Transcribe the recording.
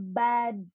bad